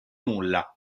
nulla